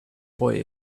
boy